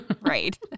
right